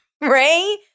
Ray